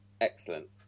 Excellent